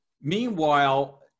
meanwhile